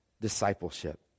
discipleship